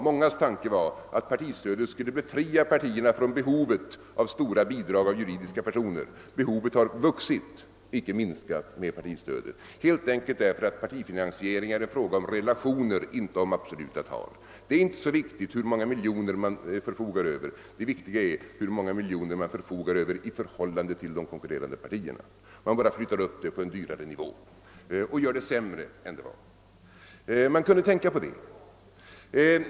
Mångas tanke var att partistödet skulle befria partierna från behovet av stora bidrag från juridiska personer. Behovet har vuxit, icke minskat, med partistödet, helt enkelt därför att partifinansiering är en fråga om relationer, inte om absoluta tal. Det är inte så viktigt hur många miljoner man förfogar över — det viktiga är hur många miljoner man förfogar över i förhållande till de konkurrerande partierna. Hela saken bara flyttas upp på en dyrare nivå, och allt blir sämre än det var. Man kunde ha tänkt på det.